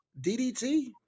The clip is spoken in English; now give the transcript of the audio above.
DDT